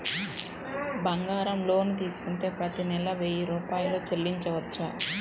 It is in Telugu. బంగారం లోన్ తీసుకుంటే ప్రతి నెల వెయ్యి రూపాయలు చెల్లించవచ్చా?